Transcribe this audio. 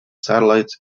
satellites